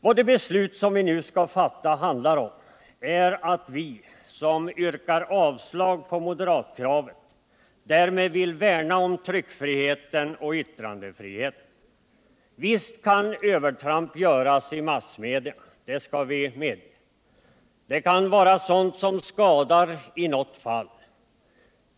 Vad det beslut som nu skall fattas handlar om är, att vi som yrkar avslag på moderatkravet därmed vill värna om tryckfriheten och yttrandefriheten. Visst kan övertramp göras i massmedierna — det skall vi medge. Det kan vara sådant som också skadar i något fall.